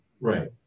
right